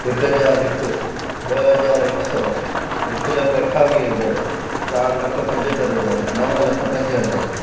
हिकु हज़ारु हिकु ॾह हज़ार हिकु सौ हिकु लखु अठावीह हज़ार चार लख पंजहतर हज़ार नव लख पंज हज़ार